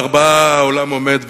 על ארבעה דברים העולם עומד,